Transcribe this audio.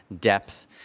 depth